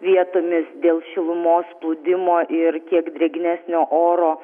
vietomis dėl šilumos plūdimo ir kiek drėgnesnio oro